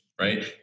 right